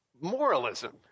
moralism